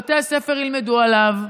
שבבתי הספר ילמדו עליו.